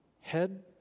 head